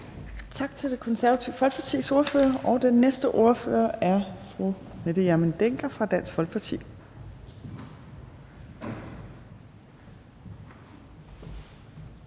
Tak til Det Konservative Folkepartis ordfører. Den næste ordfører er fru Mette Hjermind Dencker fra Dansk Folkeparti.